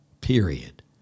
period